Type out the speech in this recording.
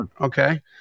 Okay